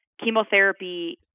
Chemotherapy